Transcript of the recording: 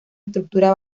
estructura